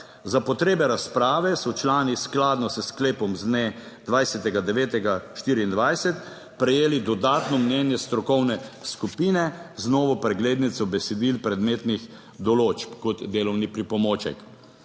Za potrebe razprave so člani skladno s sklepom z dne 20. 9. 24 prejeli dodatno mnenje strokovne skupine. z novo preglednico besedil predmetnih določb kot delovni pripomoček.